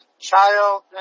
Child